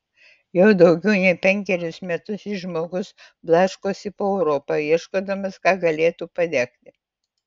jau daugiau nei penkerius metus šis žmogus blaškosi po europą ieškodamas ką galėtų padegti